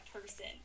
person